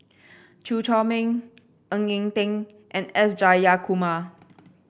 Chew Chor Meng Ng Eng Teng and S Jayakumar